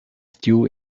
still